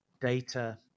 data